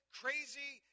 crazy